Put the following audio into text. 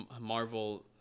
Marvel